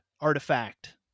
artifact